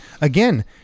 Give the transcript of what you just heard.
again